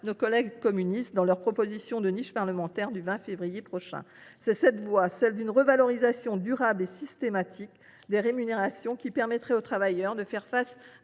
loi que nous examinerons au cours de leur niche parlementaire du 20 février prochain. C’est cette voie, celle d’une revalorisation durable et systématique des rémunérations, qui permettrait aux travailleurs de faire face